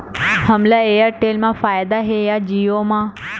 हमला एयरटेल मा फ़ायदा हे या जिओ मा?